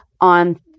on